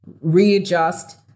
readjust